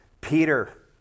Peter